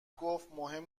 گفتمهم